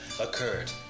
occurred